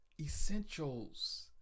essentials